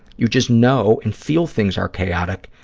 you just know and feel things are chaotic,